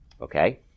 Okay